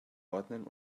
ordnen